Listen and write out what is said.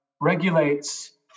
regulates